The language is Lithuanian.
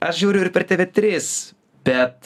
aš žiūriu ir per tv tris bet